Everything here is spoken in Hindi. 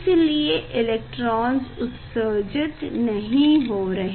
इसलिए इलेक्ट्रोन्स उत्सर्जित नहीं हो रहे